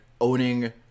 owning